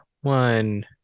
one